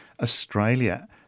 Australia